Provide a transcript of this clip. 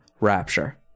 Rapture